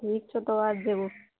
ठीक छौ तऽ आबि जेबौ